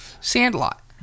Sandlot